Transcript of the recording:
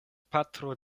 patro